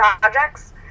projects